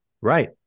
Right